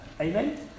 Amen